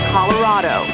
Colorado